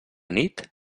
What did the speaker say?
nit